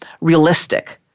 realistic